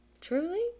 Truly